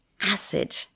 acid